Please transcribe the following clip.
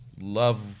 love